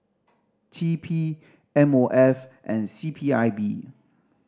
T P M O F and C P I B